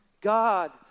God